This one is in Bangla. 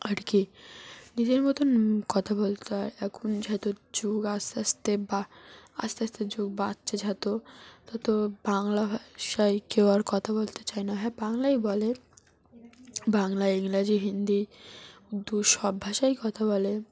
আর কি নিজের মতন কথা বলতে হয় এখন যত যুগ আস্তে আস্তে বা আস্তে আস্তে যুগ বাড়ছে যত তত বাংলা ভাষায় কেউ আর কথা বলতে চায় না হ্যাঁ বাংলাই বলে বাংলা ইংরাজি হিন্দি উর্দু সব ভাষায়ই কথা বলে